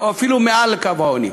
או אפילו מעל קו העוני,